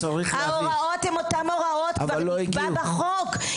ההוראות הן אותן הוראות כך נקבע בחוק.